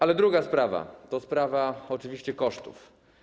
Ale druga sprawa to sprawa oczywiście kosztów.